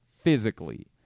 physically